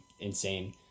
insane